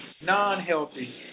non-healthy